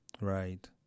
Right